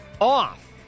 off